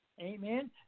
Amen